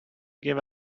give